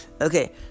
okay